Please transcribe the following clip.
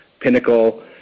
Pinnacle